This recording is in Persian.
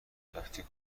رفتی